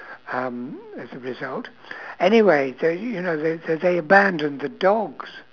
um as a result anyway they you know they they they abandoned the dogs